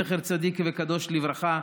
זכר צדיק וקדוש לברכה,